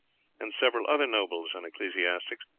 and several other nobles and ecclesiastics,